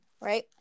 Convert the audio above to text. right